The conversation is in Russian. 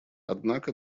однако